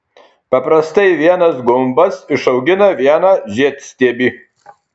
paprastai vienas gumbas išaugina vieną žiedstiebį